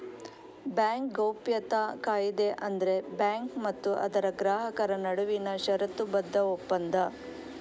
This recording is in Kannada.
ಬ್ಯಾಂಕ್ ಗೌಪ್ಯತಾ ಕಾಯಿದೆ ಅಂದ್ರೆ ಬ್ಯಾಂಕು ಮತ್ತೆ ಅದರ ಗ್ರಾಹಕರ ನಡುವಿನ ಷರತ್ತುಬದ್ಧ ಒಪ್ಪಂದ